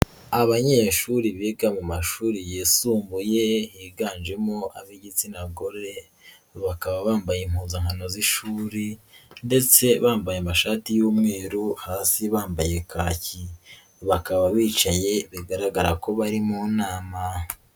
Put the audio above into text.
Abanyeshuri biga mu mashuri yisumbuye higanjemo ab'igitsina gore, bakaba bambaye impuzankano z'ishuri ndetse bambaye amashati y'umweru, hasi bambaye kaki, bakaba bicaye bigaragara ko bari mu nama.